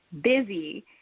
busy